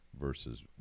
versus